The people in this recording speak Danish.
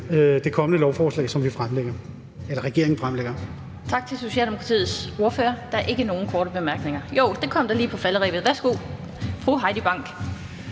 det kommende lovforslag, som regeringen fremsætter. Kl. 15:49 Den fg. formand (Annette Lind): Tak til Socialdemokratiets ordfører. Der er ikke nogen korte bemærkninger ... jo, det kom der lige på falderebet. Værsgo, fru Heidi Bank.